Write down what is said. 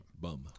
Bum